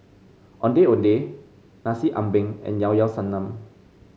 Ondeh Ondeh Nasi Ambeng and Llao Llao Sanum